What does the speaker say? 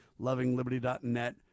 lovingliberty.net